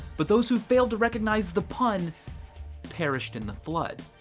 but those who failed to recognise the pun perished in the flood,